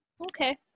Okay